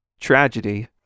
tragedy